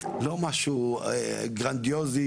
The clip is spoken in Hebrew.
לא משהו גרנדיוזי,